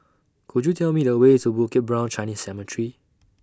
Could YOU Tell Me The Way to Bukit Brown Chinese Cemetery